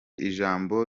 ijambo